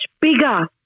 bigger